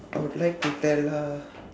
I would like to tell her